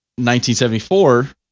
1974